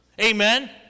Amen